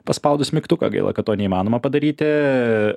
paspaudus mygtuką gaila kad to neįmanoma padaryti